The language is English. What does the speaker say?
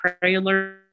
trailer